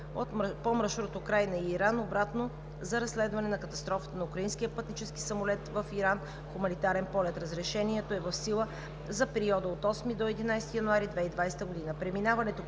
по маршрут Украйна – Иран и обратно за разследване на катастрофата на украинския пътнически самолет в Иран – хуманитарен полет. Разрешението е в сила за периода от 8 до 11 януари 2020 г.;